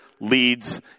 leads